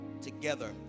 together